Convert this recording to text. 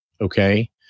Okay